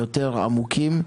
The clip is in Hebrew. יותר עמוקים.